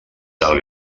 del